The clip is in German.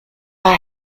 war